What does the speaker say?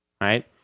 right